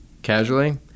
Casually